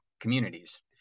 communities